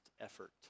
effort